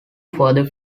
further